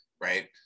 Right